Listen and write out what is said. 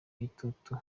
igitutu